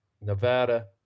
Nevada